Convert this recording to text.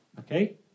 Okay